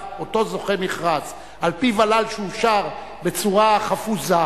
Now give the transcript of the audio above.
אותו זוכה מכרז על-פי וד"ל שאושר בצורה חפוזה,